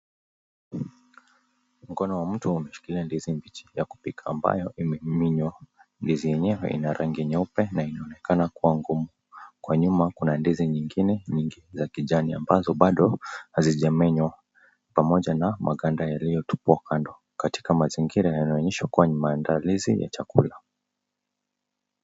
Mkono wa mtu umeshikilia ndizi mbichi ya kupika ambayo imeminywa. Ndizi yenyewe ina rangi nyeupe na inaonekana kuwa ngumu. Kwa nyuma kuna ndizi nyingine nyingi za kijani ambazo bado hazijamenywa, pamoja na maganda yaliyotupwa kando katika mazingira yanayoonyesha kuwa ni maandalizi ya chakula.